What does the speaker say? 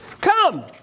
come